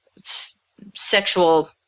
sexual